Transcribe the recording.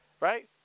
Right